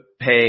pay